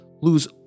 lose